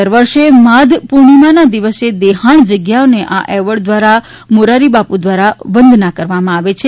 દર વર્ષે માધ પૂર્ણિમાના દિવસે દેહાણ જગ્યાઓને આ એવોર્ડ દ્વારા મોરારીબાપુ દ્વારા વંદના કરવામાં આવે છે